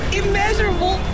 immeasurable